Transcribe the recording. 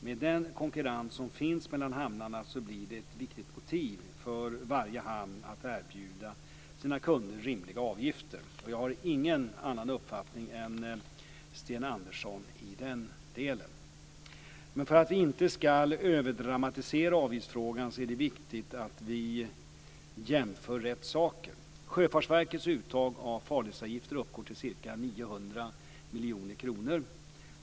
Med den konkurrens som finns mellan hamnarna blir det ett viktigt motiv för varje hamn att erbjuda sina kunder rimliga avgifter. Jag har ingen annan uppfattning än Sten Andersson i den delen. Men för att vi inte ska överdramatisera avgiftsfrågan är det viktigt att vi jämför rätt saker. Sjöfartsverkets uttag av farledsavgifter uppgår till ca 900 miljoner kronor.